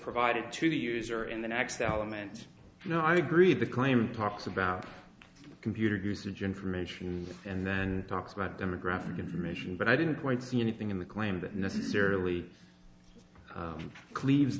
provided to the user in the next element no i agree the claimant talks about computer usage information and then talks about demographic information but i didn't quite see anything in the claim that necessarily cleaves